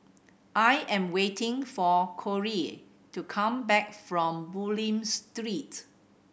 I am waiting for Corrie to come back from Bulim Street